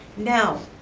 now,